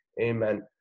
Amen